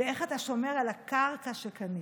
איך אתה שומר על הקרקע שקנית?